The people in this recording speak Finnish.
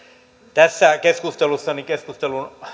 tässä keskustelussa keskustelun